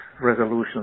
resolution